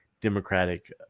Democratic